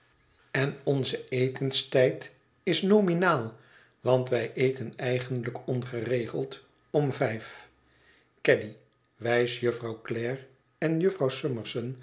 en onze etenstijd is nominaal want wij eten eigenlijk ongeregeld om vijf caddy wijs jufvrouw glare en jufvrouw summerson